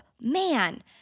man